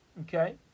okay